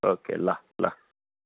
okay ल ल